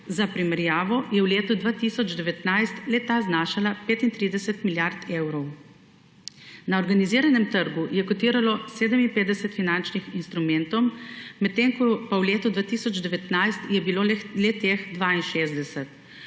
za primerjavo je v letu 2019 le-ta znašala 35 milijard evrov. Na organiziranem trgu je kotiralo 57 finančnih instrumentov, medtem ko pa v letu 2019 je bilo le-teh 62.